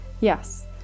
Yes